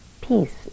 peace